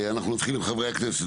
אנחנו נתחיל עם חברי הכנסת.